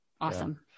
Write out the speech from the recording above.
Awesome